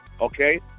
Okay